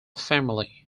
family